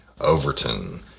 Overton